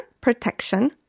protection